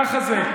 ככה זה.